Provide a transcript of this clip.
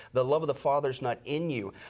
the love of the father is not in you.